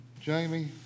Jamie